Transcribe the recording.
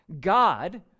god